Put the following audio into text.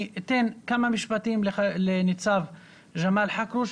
אני אתן כמה משפטים לניצב ג'מאל חכרוש,